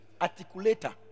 Articulator